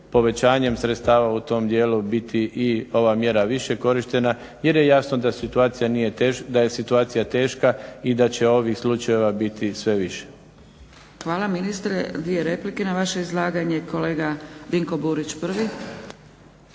povećanjem sredstava u tom dijelu biti i ova mjera više korištena jer je jasno da je situacija teška i da će ovih slučajeva biti sve više. **Zgrebec, Dragica (SDP)** Hvala ministre. Dvije replike na vaše izlaganje. Kolega Dinko Burić prvi.